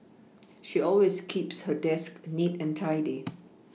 she always keeps her desk neat and tidy